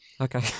Okay